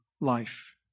life